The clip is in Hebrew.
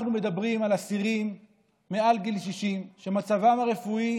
אנחנו מדברים על אסירים מעל גיל 60 שמצבם הרפואי